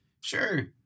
Sure